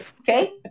Okay